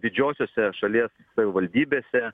didžiosiose šalies savivaldybėse